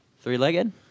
Three-legged